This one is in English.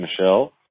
Michelle